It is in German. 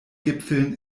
gipfeln